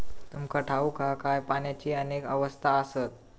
तुमका ठाऊक हा काय, पाण्याची अनेक अवस्था आसत?